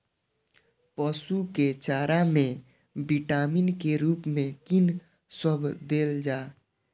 पशु के चारा में विटामिन के रूप में कि सब देल जा?